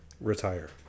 retire